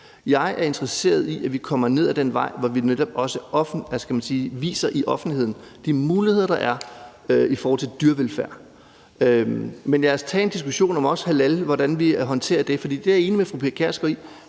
Jeg er interesseret i, at vi kommer ned ad den vej, hvor vi netop også i offentligheden viser de muligheder, der er i forhold til dyrevelfærd. Men lad os også tage en diskussion om halalslagtning og hvordan vi håndterer det, for jeg er enig med fru Pia Kjærsgaard i,